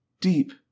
deep